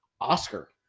Oscar